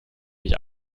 mich